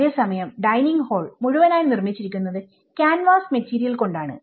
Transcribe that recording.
അതേസമയം dining hall മുഴുവനായി നിർമ്മിച്ചിരിക്കുന്നത് ക്യാൻവാസ് മെറ്റീരിയൽ കൊണ്ടാണ്